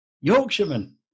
Yorkshireman